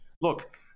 look